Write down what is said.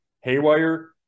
haywire